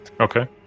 Okay